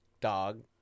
dog